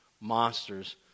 monsters